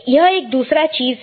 यह एक दूसरा चीज है